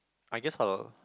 I guess I'll